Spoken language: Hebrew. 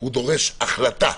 הוא דורש החלטה.